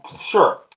Sure